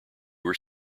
were